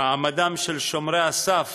מעמדם של שומרי הסף